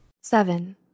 Seven